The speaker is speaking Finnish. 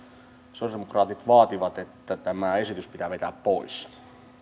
sosialidemokraatit vaativat että tämä esitys pitää vetää pois